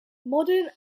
modern